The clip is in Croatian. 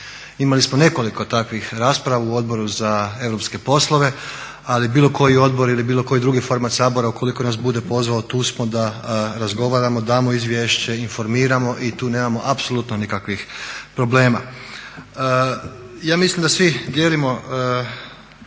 Imali smo nekoliko takvih rasprava u Odboru za europske poslove ali bilo koji odbor ili bilo koji drugi …/Govornik se ne razumije./… Sabora ukoliko nas bude pozvao tu smo da razgovaramo, damo izvješće, informiramo i tu nemamo apsolutno nikakvih problema. Ja mislim da svi dijelimo